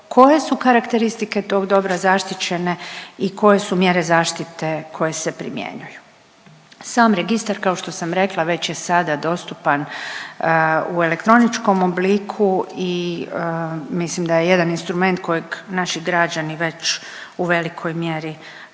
koje su karakteristike tog dobra zaštićene i koje su mjere zaštite koje se primjenjuju. Sam registar, kao što sam rekla, već je sada dostupan u elektroničkom obliku i mislim da je jedan instrument kojeg naši građani već u velikoj mjeri